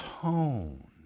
tone